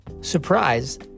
surprise